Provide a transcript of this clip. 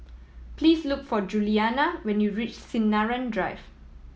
please look for Julianna when you reach Sinaran Drive